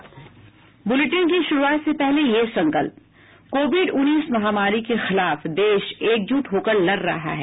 bulletin की शुरूआत से पहले ये संकल्प कोविड उन्नीस महामारी के खिलाफ देश एकजुट होकर लड़ रहा है